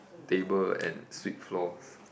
table and sweep floors